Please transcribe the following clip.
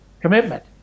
commitment